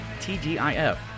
TGIF